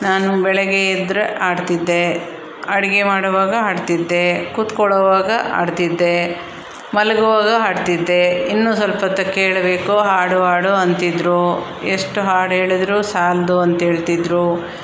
ನಾನು ಬೆಳಗ್ಗೆ ಎದ್ದರೆ ಹಾಡ್ತಿದ್ದೇ ಅಡಿಗೆ ಮಾಡುವಾಗ ಹಾಡ್ತಿದ್ದೇ ಕೂತ್ಕೊಳ್ಳುವಾಗ ಹಾಡ್ತಿದ್ದೇ ಮಲ್ಗೊವಾಗೂ ಹಾಡ್ತಿದ್ದೇ ಇನ್ನೂ ಸ್ವಲ್ಪೊತ್ತು ಕೇಳಬೇಕು ಹಾಡು ಹಾಡು ಅಂತಿದ್ರೂ ಎಷ್ಟು ಹಾಡು ಹೇಳದ್ರೂ ಸಾಲದು ಅಂತೇಳ್ತಿದ್ರು